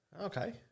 Okay